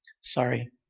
Sorry